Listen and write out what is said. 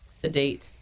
sedate